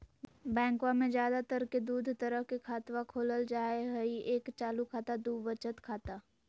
बैंकवा मे ज्यादा तर के दूध तरह के खातवा खोलल जाय हई एक चालू खाता दू वचत खाता